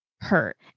hurt